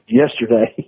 yesterday